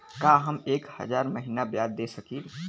का हम एक हज़ार महीना ब्याज दे सकील?